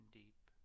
deep